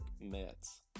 Mets